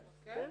כן.